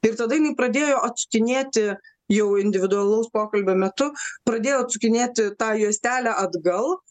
ir tada jinai pradėjo atsukinėti jau individualaus pokalbio metu pradėjo atsukinėti tą juostelę atgal